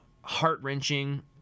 heart-wrenching